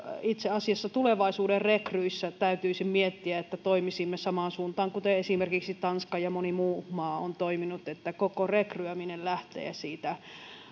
itse asiassa tulevaisuuden rekryissä täytyisi miettiä että toimisimme samaan suuntaan kuten esimerkiksi tanska ja moni muu maa on toiminut että koko rekryäminen lähtee siitä